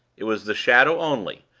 it was the shadow only.